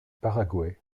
paraguay